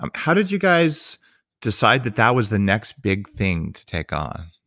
um how did you guys decide that that was the next big thing to take on?